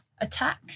attack